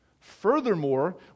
Furthermore